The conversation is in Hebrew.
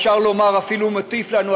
אפשר לומר אפילו מטיף לנו,